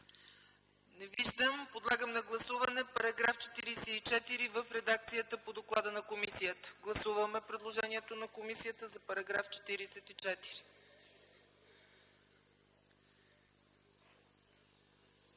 Не виждам. Подлагам на гласуване § 44 в редакцията по доклада на комисията. Гласуваме предложението на комисията за § 44.